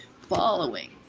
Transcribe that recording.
following